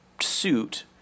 suit